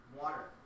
water